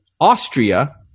Austria